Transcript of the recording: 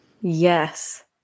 Yes